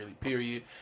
period